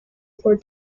for